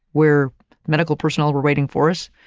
where medical personnel were waiting for us.